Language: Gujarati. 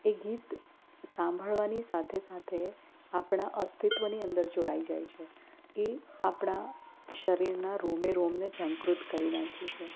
એ ગીત સાંભળવાની સાથે સાથે આપણા અસ્તિત્વની સાથે જોડાઈ જાય છે એ આપણા શરીરના રોમે રોમને જાગૃત કરી નાખે છે